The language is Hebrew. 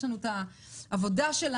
יש לנו את העבודה שלנו,